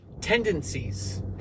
tendencies